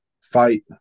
fight